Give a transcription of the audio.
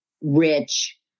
rich